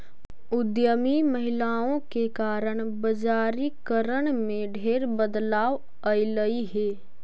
उद्यमी महिलाओं के कारण बजारिकरण में ढेर बदलाव अयलई हे